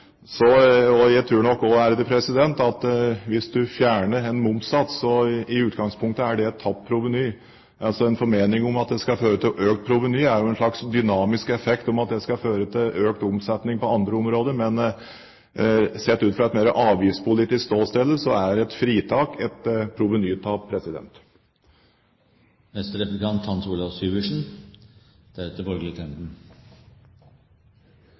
Jeg tror nok også at hvis man fjerner en momssats, er det i utgangspunktet et tapt proveny. En formening om at det skal føre til økt proveny, er jo en slags dynamisk effekt om at det skal føre til økt omsetning på andre områder. Men sett ut fra et mer avgiftspolitisk ståsted er et fritak et provenytap.